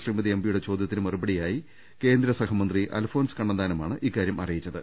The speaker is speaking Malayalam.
ശ്രീമതി എംപിയുടെ ചോദ്യ ത്തിന് മറുപടിയായി കേന്ദ്രസഹമന്ത്രി അൽഫോൻസ് കണ്ണന്താനമാണ് ഇക്കാര്യം അറിയിച്ചത്